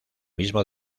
mismo